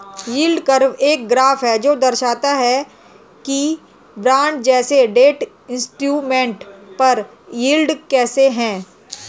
yield curve एक graph है जो दर्शाता है कि बॉन्ड जैसे डेट इंस्ट्रूमेंट पर यील्ड कैसे है